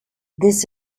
this